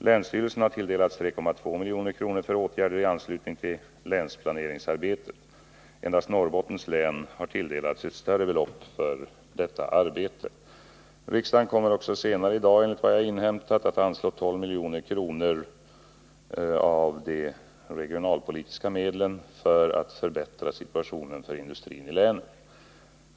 Länsstyrelsen har tilldelats 3,2 milj.kr. för åtgärder i anslutning till länsplaneringsarbetet. Endast Norrbottens län har tilldelats ett större belopp för detta arbete. Riksdagen kommer också senare i dag, enligt vad jag erfarit, att anslå 12 milj.kr. av de regionalpolitiska medlen till länsstyrelsen för att förbättra situationen för industrin i länet.